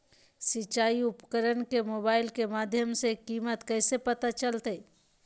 सिंचाई उपकरण के मोबाइल के माध्यम से कीमत कैसे पता चलतय?